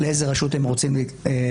לאיזה רשות הם רוצים לעבור.